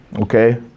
Okay